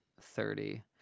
Thirty